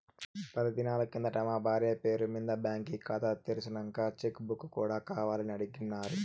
పది దినాలు కిందట మా బార్య పేరు మింద బాంకీ కాతా తెర్సినంక చెక్ బుక్ కూడా కావాలని అడిగిన్నాను